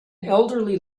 elderly